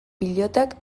pilotak